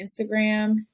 Instagram